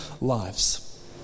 lives